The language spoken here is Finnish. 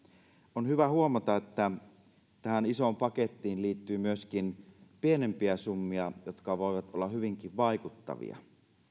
on hyvä huomata että tähän isoon pakettiin liittyy myöskin pienempiä summia jotka voivat olla hyvinkin vaikuttavia